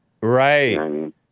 Right